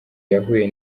yahuye